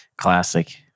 Classic